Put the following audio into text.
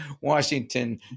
Washington